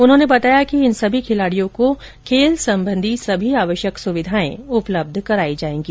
उन्होंने बताया कि इन सभी खिलाड़ियों को खेल संबंधी सभी आवश्यक सुविधाएं उपलब्ध कराई जाएंगी